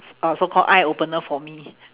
s~ uh so-called eye-opener for me